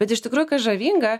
bet iš tikrųjų žavinga